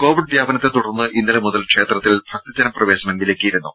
Covid വ്യാപനത്തെ തുടർന്ന് ഇന്നലെ മുതൽ ക്ഷേത്രത്തിൽ ഭക്തജന പ്രവേശനം വിലക്കിയിരുന്നു